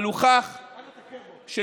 אבל הוכח שנתניהו,